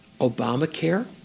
Obamacare